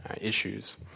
issues